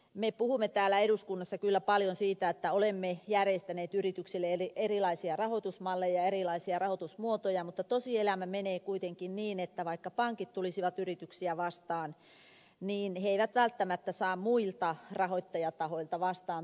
me puhumme täällä eduskunnassa kyllä paljon siitä että olemme järjestäneet yrityksille erilaisia rahoitusmalleja ja erilaisia rahoitusmuotoja mutta tosielämä menee kuitenkin niin että vaikka pankit tulisivat yrityksiä vastaan yritykset eivät välttämättä saa muilta rahoittajatahoilta vastaantuloa